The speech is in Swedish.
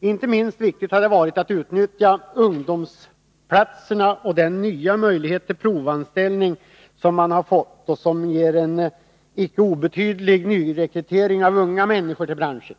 Inte minst viktigt har varit att man utnyttjat systemet med ungdomsplatser och den nya möjligheten till provanställning, vilket har medfört en icke obetydlig nyrekrytering av unga människor till branschen.